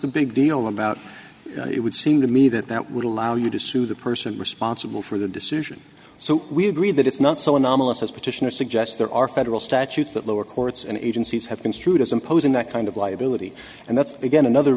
the big deal about it would seem to me that that would allow you to sue the person responsible for the decision so we agree that it's not so anomalous as petitioner suggests there are federal statutes that lower courts and agencies have construed as imposing that kind of liability and that's again another